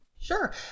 Sure